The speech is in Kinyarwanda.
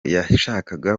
yashakaga